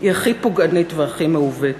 היא הכי פוגענית והכי מעוותת.